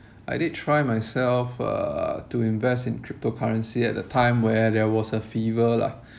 I did try myself uh to invest in cryptocurrency at the time where there was a fever lah